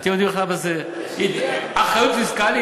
אתם יודעים בכלל מה זה אחריות פיסקלית?